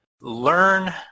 Learn